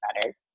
better